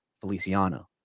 Feliciano